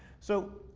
so,